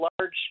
large